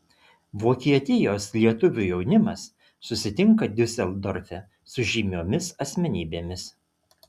vokietijos lietuvių jaunimas susitinka diuseldorfe su žymiomis asmenybėmis